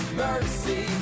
mercy